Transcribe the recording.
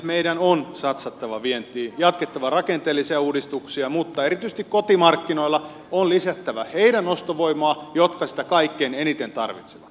meidän on satsattava vientiin ja jatkettava rakenteellisia uudistuksia mutta erityisesti kotimarkkinoilla on lisättävä niiden ostovoimaa jotka sitä kaikkein eniten tarvitsevat